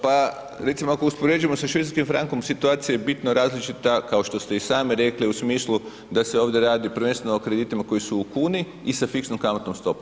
Pa recimo ako uspoređujemo sa švicarskim frankom, situacija je bitno različita, kao što ste i sami rekli, u smislu da se ovdje radi prvenstveno o kreditima koji su u kuni i sa fiksnom kamatnom stopom.